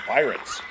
Pirates